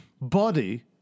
body